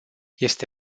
este